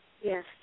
Yes